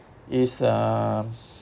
is um